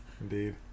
Indeed